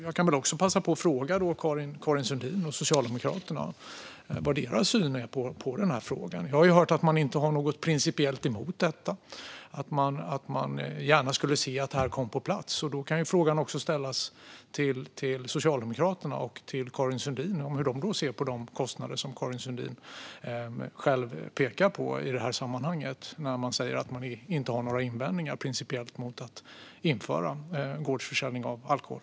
Jag kan väl passa på att fråga Karin Sundin och Socialdemokraterna vad deras syn på denna fråga är. Jag har hört att man inte har något principiellt emot detta och att man gärna skulle se att det kom på plats. Då kan frågan också ställas till Socialdemokraterna och till Karin Sundin. Jag undrar hur de ser på de kostnader som Karin Sundin själv pekar på i detta sammanhang. Man säger ju att man inte har några invändningar, principiellt, mot att införa gårdsförsäljning av alkohol.